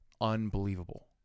unbelievable